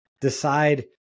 decide